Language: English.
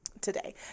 today